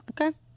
Okay